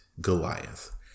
Goliath